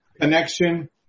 connection